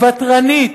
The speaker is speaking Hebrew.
ותרנית,